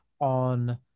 on